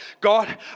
God